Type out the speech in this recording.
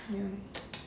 mm